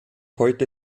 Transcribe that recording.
heute